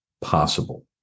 possible